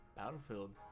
battlefield